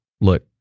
look